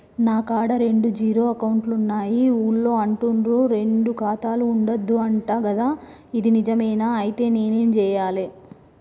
నా కాడా రెండు జీరో అకౌంట్లున్నాయి ఊళ్ళో అంటుర్రు రెండు ఖాతాలు ఉండద్దు అంట గదా ఇది నిజమేనా? ఐతే నేనేం చేయాలే?